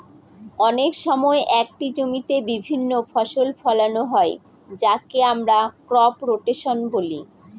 অনেক সময় একটি জমিতে বিভিন্ন ফসল ফোলানো হয় যাকে আমরা ক্রপ রোটেশন বলি